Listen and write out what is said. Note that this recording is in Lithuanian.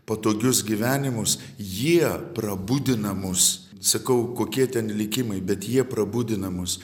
patogius gyvenimus jie prabudina mus sakau kokie ten likimai bet jie prabudina mus